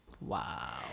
Wow